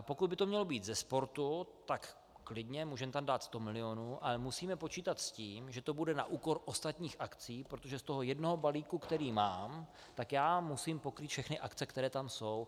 Pokud by to mělo být ze sportu, tak klidně, můžeme tam dát sto milionů, ale musíme počítat s tím, že to bude na úkor ostatních akcí, protože z toho jednoho balíku, který mám, musím pokrýt všechny akce, které tam jsou.